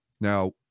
Now